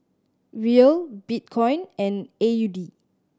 Riel Bitcoin and A U D